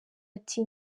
ati